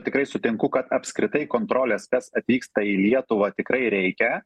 tikrai sutinku kad apskritai kontrolės kas atvyksta į lietuvą tikrai reikia